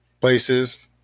places